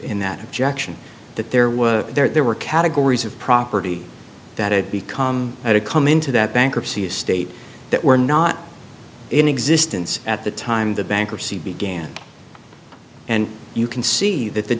in that objection that there were there were categories of property that had become how to come into that bankruptcy estate that were not in existence at the time the bankruptcy began and you can see that the